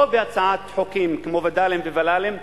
לא בהצעות כמו וד"לים וול"לים,